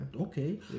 Okay